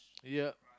yep